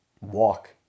walk